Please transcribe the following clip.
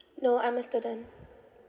no I'm a student